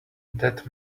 that